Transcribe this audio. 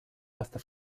hasta